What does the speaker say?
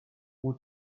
who